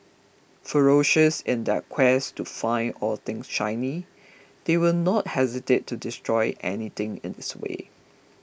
ferocious in their quest to find all things shiny they will not hesitate to destroy anything in its way